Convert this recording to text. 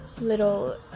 little